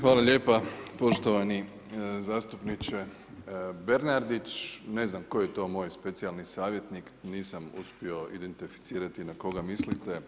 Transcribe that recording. Hvala lijepo poštovani zastupniče Bernarić, ne znam koji je to moj specijalni savjetnik, nisam uspio identificirati na koga mislite,